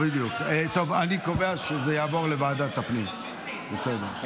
טוב, אני קובע שזה יעבור לוועדת הפנים, בסדר.